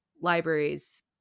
libraries